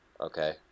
Okay